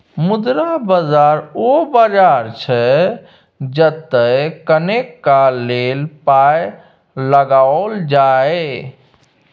मुद्रा बाजार ओ बाजार छै जतय कनेक काल लेल पाय लगाओल जाय